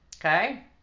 Okay